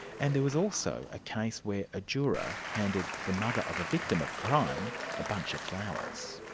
and there was also a case where a juror handed the mother of a victim of crime a bunch of flowers.